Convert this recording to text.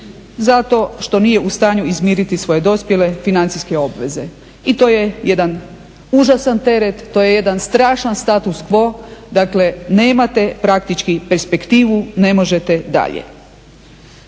zato što nije u stanju izmiriti svoje dospjele financijske obveze i to je jedan užasan teret, to je jedan strašan status quo, dakle nemate praktički perspektivu ne možete dalje.